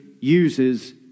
uses